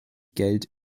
geld